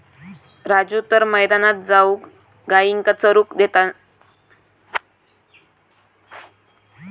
राजू तर मैदानात जाऊन गायींका चरूक सोडान देता